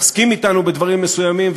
מסכים אתנו בדברים מסוימים,